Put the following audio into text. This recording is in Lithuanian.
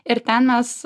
ir ten mes